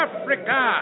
Africa